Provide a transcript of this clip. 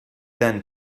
then